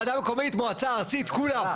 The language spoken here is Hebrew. ועדה מקומית, מועצה ארצית, אני מאוד בעד.